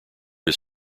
his